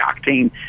octane